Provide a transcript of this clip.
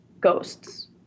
ghosts